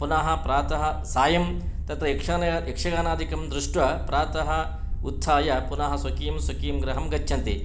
पुनः प्रातः सायं तत्र यक्षगानादिकं दृष्ट्वा प्रातः उत्थाय पुनः स्वकीयं स्वकीयं गृहं गच्छन्ति